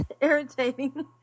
irritating